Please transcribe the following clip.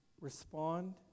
respond